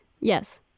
Yes